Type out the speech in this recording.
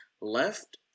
left